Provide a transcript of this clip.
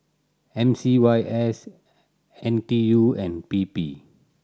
M C Y S N T U and P P